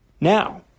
Now